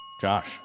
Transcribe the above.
Josh